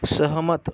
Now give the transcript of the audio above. सहमत